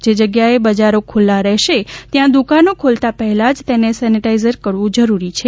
જે જગ્યાએ બજારો ખુલ્લા રહેશે ત્યાં દુકાનો ખોલતા પહેલા જ તેને સેનેટાઇઝ કરવું જરૂરી છે